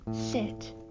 sit